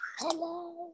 Hello